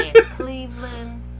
Cleveland